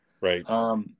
Right